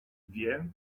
wie